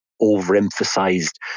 overemphasized